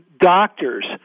Doctors